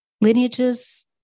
lineages